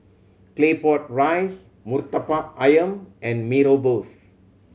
Claypot Rice Murtabak Ayam and Mee Rebus